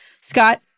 Scott